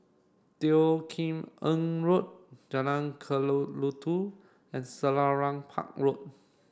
Teo Kim Eng Road Jalan Kelulut and Selarang Park Road